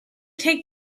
take